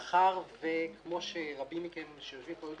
כפי שרבים מכם שיושבים פה יודעים,